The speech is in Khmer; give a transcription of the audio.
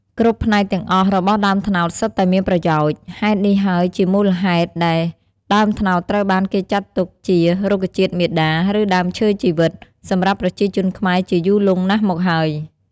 គ្រប់ផ្នែកទាំងអស់របស់ដើមត្នោតសុទ្ធតែមានប្រយោជន៍ ហើយនេះហើយជាមូលហេតុដែលដើមត្នោតត្រូវបានគេចាត់ទុកជា រុក្ខជាតិមាតា ឬដើមឈើជីវិត សម្រាប់ប្រជាជនខ្មែរជាយូរលង់ណាស់មកហើយ។